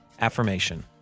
affirmation